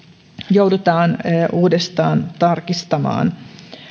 joudutaan uudestaan tarkistamaan